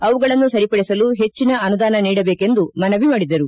ಅವುಗಳನ್ನು ಸರಿಪಡಿಸಲು ಹೆಚ್ಚಿನ ಅನುದಾನ ನೀಡಬೇಕೆಂದು ಮನವಿ ಮಾಡಿದರು